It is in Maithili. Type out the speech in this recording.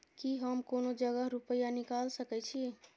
की हम कोनो जगह रूपया निकाल सके छी?